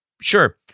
Sure